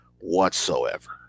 whatsoever